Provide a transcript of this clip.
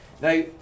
Now